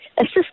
Assist